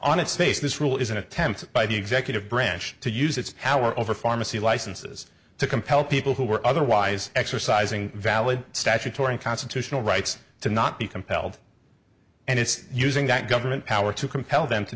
on its face this rule is an attempt by the executive branch to use its power over pharmacy licenses to compel people who are otherwise exercising valid statutory constitutional rights to not be compelled and it's using that government power to compel them to